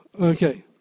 Okay